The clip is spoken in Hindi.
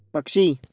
पक्षी